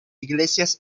iglesias